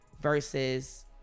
versus